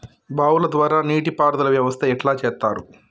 బావుల ద్వారా నీటి పారుదల వ్యవస్థ ఎట్లా చేత్తరు?